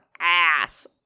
ass